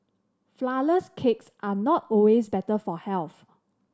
flourless cakes are not always better for health